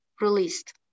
released